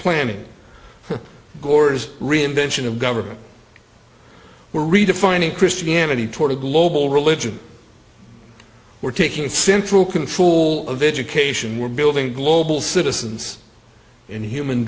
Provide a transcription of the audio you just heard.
planning gore's reinvention of government we're redefining christianity toward a global religion we're taking central control of education we're building global citizens and human